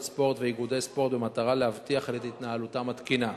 ספורט ואיגודי ספורט במטרה להבטיח את התנהלותם התקינה.